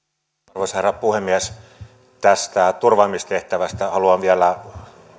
arvoisa herra puhemies tästä turvaamistehtävästä haluan vielä